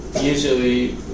usually